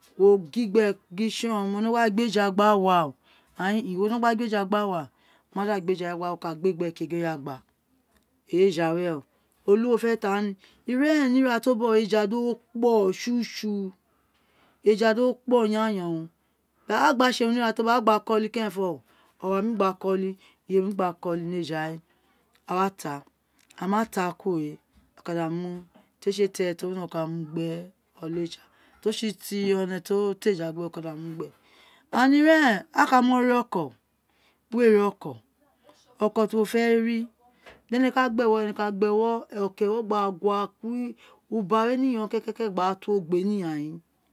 Wo gin gbe gin tson mo no gba gbi eja gba wa bo a yin un wo no gba gbe eja gba wa wo ma da gbi eja gba wa wo kada gbe gbe gin gna eyi eya we olu wo fo fe ta ira eren ni ira tio bogh o eja do kpo tsutsu eja do kpo va wu yawu tori gba tsi urun a gba ko uli keren fo owa mi gba ko uli iyemi gbe ko ulo eja we awa ta a ma ta kuro ren aka da mu ti ee tsi tere nino a ka mu gbere oleja tro tsi toro aka da mu gbe ira eren a ka ri oko di uwodi a si ri oke oko tiwo fe ri di ene ka gba ewo ene ka gbi ewogba guwa ku uli keren fo owa mi gba ko uli iyemi gbe ko ulu eja we awe ta ame ta kuro ren aka da mu ti ee tsi tere nino a ka mu gbere oleja tro tsi toro aka da mu gbe irq eren aka ri oko diuwo di a si rioko oko ti wo fe ri di ene ka gba ewo ka gbi ewo gba guwa ku lu uba ni yon keeke wa to ogbe hi yanyin